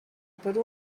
per